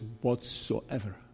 whatsoever